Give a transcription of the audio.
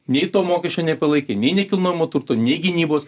nei to mokesčio nepalaikė nei nekilnojamo turto nei gynybos